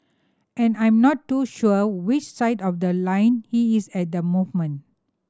and I'm not too sure which side of the line he is at the movement